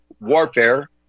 warfare